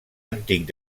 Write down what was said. antic